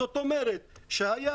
זאת אומרת שהיה